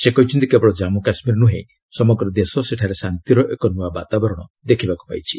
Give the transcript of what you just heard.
ସେ କହିଛନ୍ତି କେବଳ ଜାମ୍ମୁ କାଶ୍ମୀର ନୁହେଁ ସମଗ୍ର ଦେଶ ସେଠାରେ ଶାନ୍ତିର ଏକ ନ୍ତଆ ବାତାବରଣ ଦେଖିବାକୁ ପାଇଛି